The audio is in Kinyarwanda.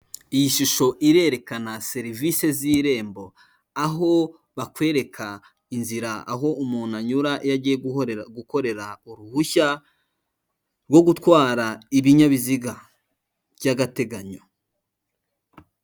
Iyi shusho irerekana serivisi z'irembo aho bakwereka inzira aho umuntu anyura iyo agiye gukorera uruhushya rwo gutwara ibinyabiziga by'agateganyo.